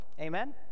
amen